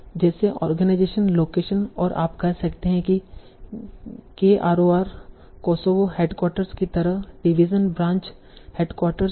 जैसे organisation location और आप कह सकते हैं कि KROR कोसोवो हेडक्वार्टरस की तरह डिवीज़न ब्रांच हेडक्वार्टरस है